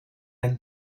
and